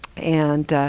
and